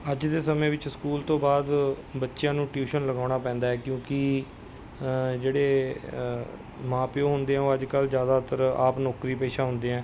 ਅੱਜ ਦੇ ਸਮੇਂ ਵਿੱਚ ਸਕੂਲ ਤੋਂ ਬਾਅਦ ਬੱਚਿਆਂ ਨੂੰ ਟਿਊਸ਼ਨ ਲਗਾਉਣਾ ਪੈਂਦਾ ਹੈ ਕਿਉਂਕਿ ਜਿਹੜੇ ਮਾਂ ਪਿਓ ਹੁੰਦੇ ਆ ਉਹ ਅੱਜ ਕੱਲ੍ਹ ਜ਼ਿਆਦਾਤਰ ਆਪ ਨੌਕਰੀ ਪੇਸ਼ਾ ਹੁੰਦੇ ਐਂ